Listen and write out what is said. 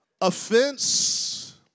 Offense